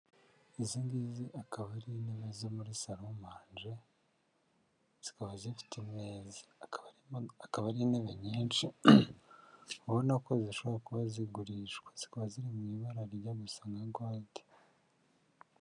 Izi ngizi akaba ari intebe zo muri saramange zikaba zifite imeza. Akaba ari intebe nyinshi ubona ko zishobora kuba zigurishwa, zikaba ziri mu ibara rijya gusa nka gorude.